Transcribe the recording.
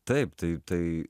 taip taip tai